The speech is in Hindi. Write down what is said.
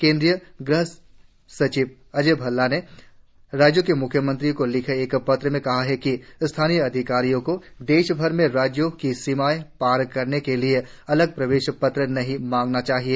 केन्द्रीय गृह सचिव अजय भल्ला ने राज्यों के म्ख्य सचिवों को लिखे एक पत्र में कहा है कि स्थानीय अधिकारियों को देशभर में राज्यों की सीमाएं पार करने के लिए अलग प्रवेश पत्र नहीं मांगना चाहिए